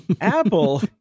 Apple